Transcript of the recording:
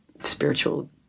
spiritual